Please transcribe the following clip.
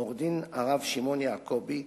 עורך-דין הרב שמעון יעקבי,